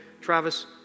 Travis